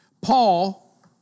Paul